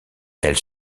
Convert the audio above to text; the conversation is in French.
elle